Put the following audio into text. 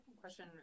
question